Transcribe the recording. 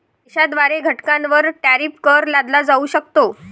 देशाद्वारे घटकांवर टॅरिफ कर लादला जाऊ शकतो